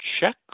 check